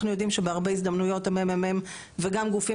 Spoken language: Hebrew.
אנחנו יודעים שבהרבה הזדמנויות ה-ממ"מ וגם גופים